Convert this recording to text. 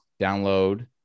download